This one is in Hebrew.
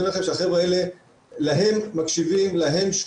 אני אומר לכם שלחבר'ה האלה מקשיבים ושומעים,